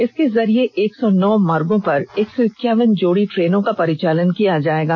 इसके जरिये एक सौ नौ मार्गो पर एक सौ इक्यावन जोड़ी ट्रेनों का परिचालन किया जायेगा